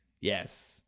Yes